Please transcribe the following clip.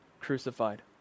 crucified